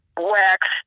wax